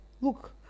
Look